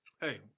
Hey